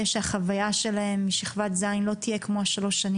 שהחוויה שלהם מכיתה ז/ לא תהיה כמו שלוש השנים